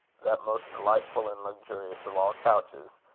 that most delightful and luxurious of all couches,